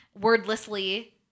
wordlessly